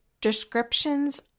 descriptions